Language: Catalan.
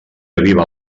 aviva